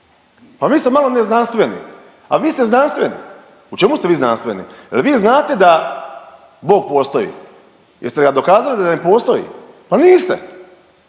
Pa mi smo malo neznanstveni, a vi ste znanstveni, u čemu ste vi znanstveni? Jel vi znate da Bog postoji, jeste ga dokazali da ne postoji? Pa niste.